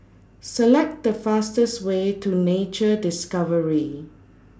Select The fastest Way to Nature Discovery